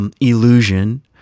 illusion